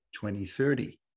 2030